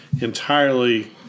entirely